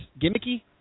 Gimmicky